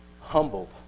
humbled